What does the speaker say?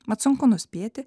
mat sunku nuspėti